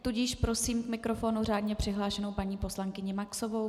Tudíž prosím k mikrofonu řádně přihlášenou paní poslankyni Maxovou.